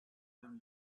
them